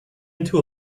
into